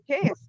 case